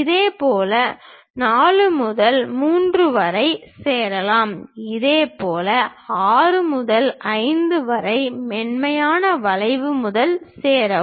இப்போது 4 முதல் 3 வரை சேரவும் இதேபோல் 6 முதல் 5 வரை மென்மையான வளைவு மூலம் சேரவும்